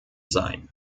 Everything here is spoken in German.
sein